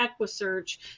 EquiSearch